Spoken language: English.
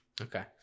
okay